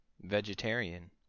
Vegetarian